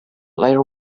later